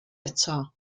eto